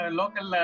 local